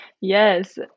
Yes